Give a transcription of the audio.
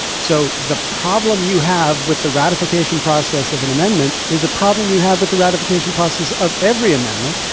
so, the problem you have with the ratification process of an amendment is a problem you have with the ratification process of every amendment.